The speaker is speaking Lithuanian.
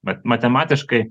bet matematiškai